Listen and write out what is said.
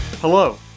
Hello